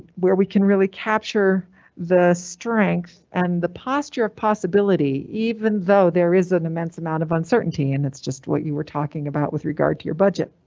where we can really capture the strength and the posture of possibility. even though there is an immense amount of uncertainty and it's just what you were talking about with regard to your budget.